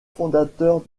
fondateurs